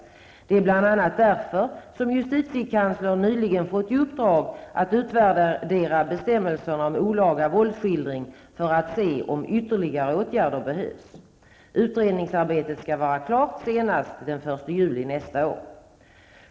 Det är bl.a. därför som justitiekanslern nyligen fått i uppdrag att utvärdera bestämmelserna om olaga våldsskildring för att se om ytterligare åtgärder behövs. Utredningsarbetet skall vara klart senast den 1 juli nästa år.